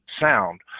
sound